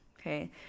okay